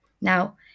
Now